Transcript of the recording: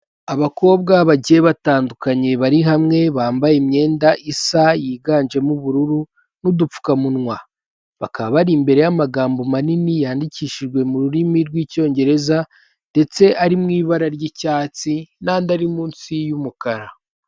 Abakobwa bagiye batandukanye bari hamwe bambaye imyenda isa yiganjemo ubururu n'udupfukamunwa bakaba bari imbere y'amagambo manini yandikishijwe mu rurimi rw'icyongereza ndetse ari mu ibara ry'icyatsi n'andi ari munsi y'umukara.